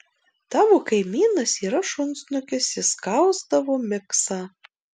tavo kaimynas yra šunsnukis jis skausdavo miksą